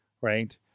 right